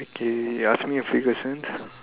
okay ya ask me a question